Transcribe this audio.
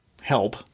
help